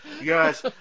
Yes